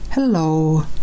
Hello